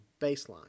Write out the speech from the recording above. baseline